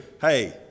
Hey